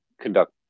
conduct